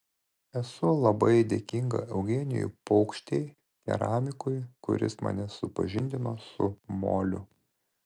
esu labai dėkinga eugenijui paukštei keramikui kuris mane supažindino su moliu